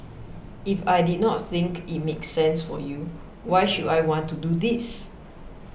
if I did not think it make sense for you why should I want to do this